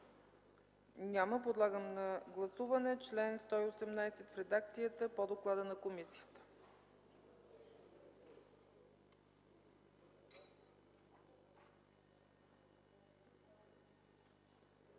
Няма. Подлагам на гласуване чл. 66 в редакцията по доклада на комисията.